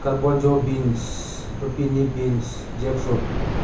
ꯀꯥꯔꯕꯣꯟꯖꯣꯕꯤꯟꯁ lupini beans jackfruit